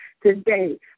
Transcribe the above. today